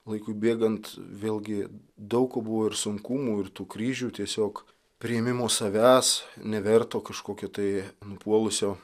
laikui bėgant vėlgi daug buvo ir sunkumų ir tų kryžių tiesiog priėmimo savęs neverto kažkokio tai nupuolusio